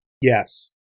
Yes